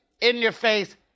in-your-face